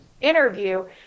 interview